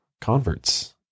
converts